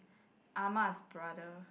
ah-ma's brother